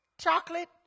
chocolate